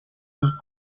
sus